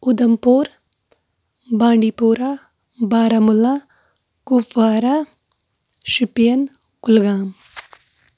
Udhampur Bandipora Baramulla Kupwara Shopian Kulgam